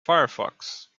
firefox